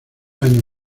año